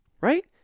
right